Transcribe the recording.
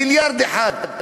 מיליארד אחד,